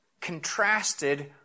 contrasted